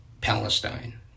Palestine